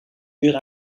uur